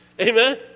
Amen